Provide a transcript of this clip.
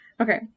Okay